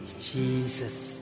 Jesus